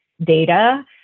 data